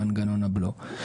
במנגנון הבלו.